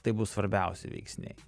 tai bus svarbiausi veiksniai